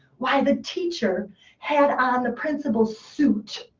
why the teacher had on the principal's suit.